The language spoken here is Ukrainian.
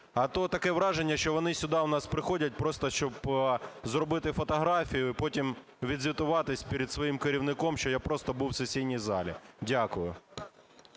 А то таке враження, що вони сюди у нас приходять просто, щоб зробити фотографію і потім відзвітуватись перед своїм керівником, що я просто був у сесійній залі. Дякую.